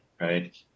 right